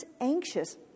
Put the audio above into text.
anxious